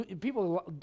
people